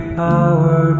power